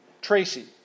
Tracy